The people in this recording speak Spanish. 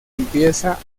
empieza